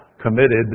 committed